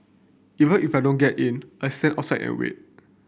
even if I don't get in I stand outside and wait